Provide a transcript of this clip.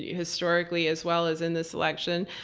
historically, as well as in this election.